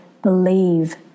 believe